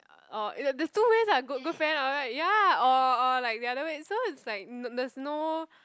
or oh there's two ways ah good good friend after that ya or or like the other way so it's like n~ n~ there's no